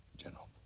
general.